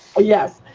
ah yes,